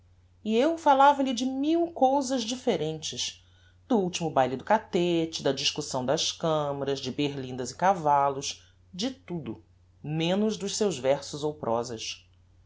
e eu falava-lhe de mil cousas differentes do ultimo baile do cattete da discussão das camaras de berlindas e cavallos de tudo menos dos seus versos ou prosas